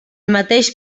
mateix